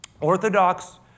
Orthodox